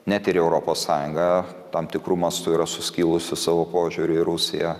net ir europos sąjunga tam tikru mastu yra suskilusi savo požiūriu į rusiją